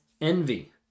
envy